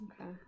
okay